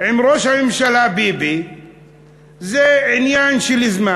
שעם ראש הממשלה ביבי זה עניין של זמן.